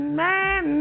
man